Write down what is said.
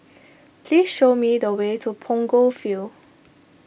please show me the way to Punggol Field